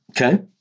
Okay